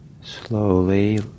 Slowly